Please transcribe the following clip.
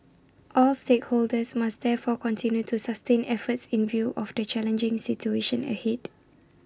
all stakeholders must therefore continue to sustain efforts in view of the challenging situation ahead